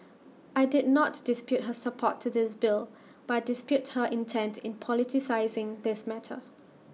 I did not dispute her support to this bill but dispute her intent in politicising this matter